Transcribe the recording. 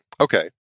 Okay